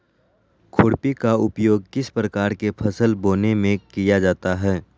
खुरपी का उपयोग किस प्रकार के फसल बोने में किया जाता है?